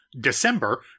December